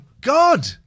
God